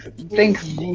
thanks